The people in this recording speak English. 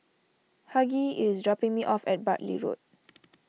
Hughie is dropping me off at Bartley Road